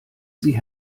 sie